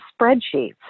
spreadsheets